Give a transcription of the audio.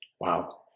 Wow